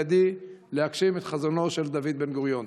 ידי להגשים את חזונו של דוד בן-גוריון.